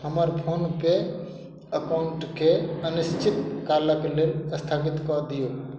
हमर फोन पे अकाउंटकेँ अनिश्चित कालक लेल स्थगित कऽ दियौ